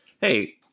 hey